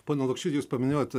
pone lukšy jūs paminėjot